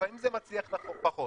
לפעמים זה מצליח פחות.